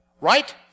right